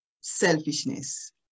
Selfishness